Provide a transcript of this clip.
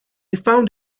found